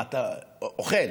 אה, אתה אוכל.